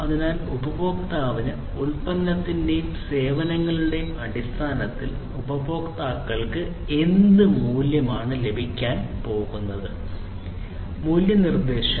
അതിനാൽ ഉപഭോക്താവിന് ഉൽപ്പന്നത്തിന്റെയും സേവനങ്ങളുടെയും അടിസ്ഥാനത്തിൽ ഉപഭോക്താക്കൾക്ക് എന്ത് മൂല്യമാണ് ലഭിക്കാൻ പോകുന്നത് മൂല്യ നിർദ്ദേശം